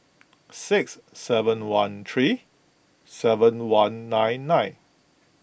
six seven one three seven one nine nine